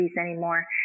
anymore